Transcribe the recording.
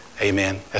Amen